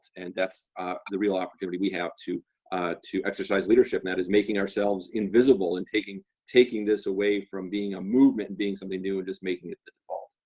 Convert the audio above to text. and that's the real opportunity we have to to exercise leadership that is making ourselves invisible and taking taking this away from being a movement being something new and just making it the default.